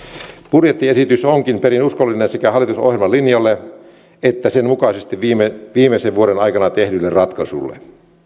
budjettiesitys onkin perin uskollinen sekä hallitusohjelman linjalle että sen mukaisesti viimeisen viimeisen vuoden aikana tehdyille ratkaisuille